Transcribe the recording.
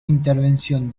intervención